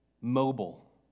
mobile